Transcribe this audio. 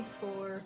four